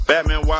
Batman